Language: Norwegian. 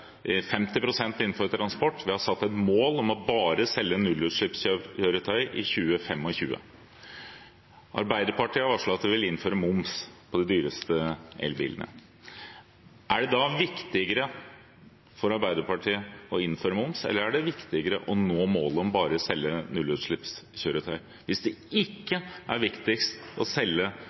innenfor transport, og vi har satt et mål om bare å selge nullutslippskjøretøy i 2025. Arbeiderpartiet har varslet at de vil innføre moms på de dyreste elbilene. Er det da viktigst for Arbeiderpartiet å innføre moms, eller er det viktigere å nå målet om bare å selge nullutslippskjøretøy? Hvis det ikke er viktigst bare å selge